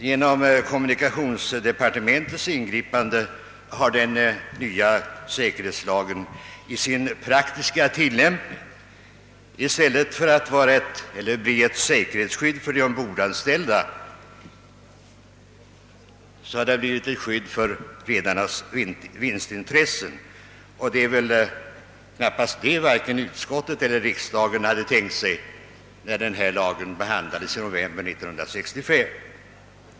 Genom kommunikationsdepartementets ingripande har den nya lagen om säkerheten på fartyg i sin praktiska tillämpning i stället för att bli ett säkerhetsskydd för de anställda ombord blivit ett skydd för redarnas vinstintressen, och detta var knappast vad vare sig utskottet eller riksdagen hade tänkt sig när denna lag behandlades i november 1965.